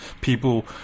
people